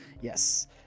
Yes